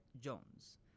Jones